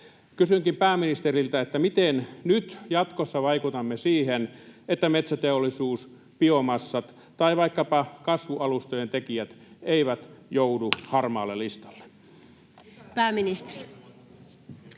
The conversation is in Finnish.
Kysynkin pääministeriltä: miten nyt jatkossa vaikutamme siihen, että metsäteollisuus, biomassat tai vaikkapa kasvualustojen tekijät eivät joudu harmaalle listalle? [Speech